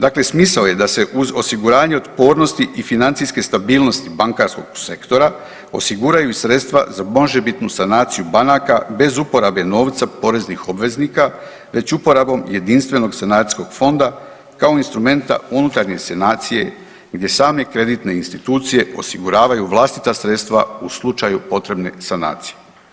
Dakle, smisao je da se uz osiguranje otpornosti i financijske stabilnosti bankarskog sektora osiguraju i sredstva za možebitnu sanaciju banaka bez uporabe novca poreznih obveznika, već uporabom Jedinstvenog sanacijskog fonda kao instrumenta unutarnje sanacije gdje same kreditne institucije osiguravaju vlastita sredstva u slučaju potrebne sanacije.